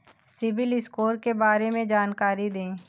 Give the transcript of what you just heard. CIBIL score के बारे में जानकारी दें?